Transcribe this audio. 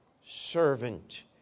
servant